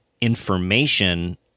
information-